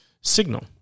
signal